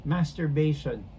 Masturbation